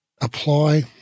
apply